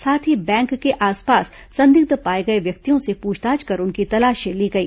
साथ ही बैंक के आसपास संदिग्ध पाए गए व्यक्तियों से पूछताछ कर उनकी तलाशी ली गई